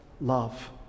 love